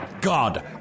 God